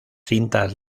cintas